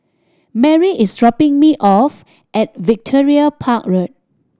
Merri is dropping me off at Victoria Park Road